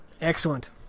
Excellent